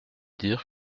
dire